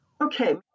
okay